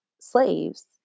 slaves